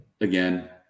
again